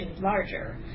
larger